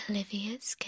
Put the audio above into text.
Olivia's